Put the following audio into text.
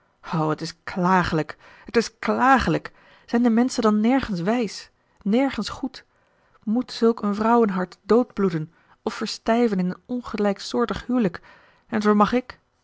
het is klagelijk het is klagelijk zijn de menschen dan nergens wijs nergens goed moet zulk een vrouwenhart dood bloeden of verstijven in een ongelijksoortig hijlik en vermag ik